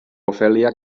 ofèlia